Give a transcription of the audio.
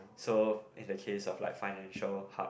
so in the case if like financial hub